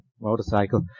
motorcycle